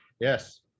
Yes